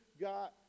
got